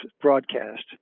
broadcast